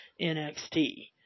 NXT